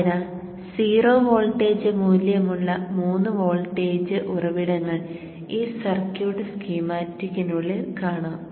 അതിനാൽ 0 വോൾട്ടേജ് മൂല്യമുള്ള മൂന്ന് വോൾട്ടേജ് ഉറവിടങ്ങൾ ഈ സർക്യൂട്ട് സ്കീമാറ്റിക്കിനുള്ളിൽ കാണാം